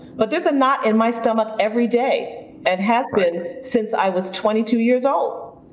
but there's a knot in my stomach every day and has been since i was twenty two years old,